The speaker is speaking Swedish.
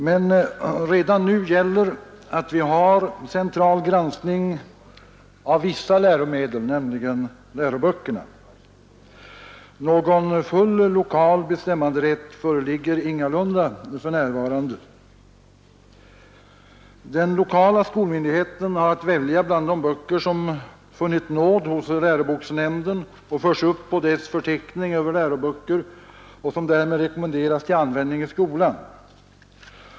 Men redan nu sker en central granskning av vissa läromedel, nämligen läroböckerna. Någon full lokal bestämmanderätt föreligger ingalunda för närvarande. Den lokala skolmyndigheten har att välja bland de böcker som funnit nåd hos läroboksnämnden och förts upp på dess förteckning över läroböcker och som därmed rekommenderas till användning i skolan.